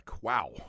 Wow